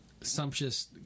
sumptuous